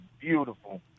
beautiful